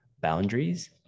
boundaries